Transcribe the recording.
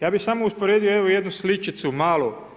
Ja bi samo usporedio, evo, jednu sličicu malu.